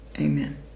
Amen